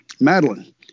Madeline